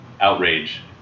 outrage